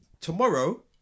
tomorrow